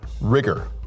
rigor